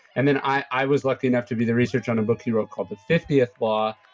and then i was lucky enough to do the research on a book he wrote called the fiftieth law,